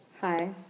Hi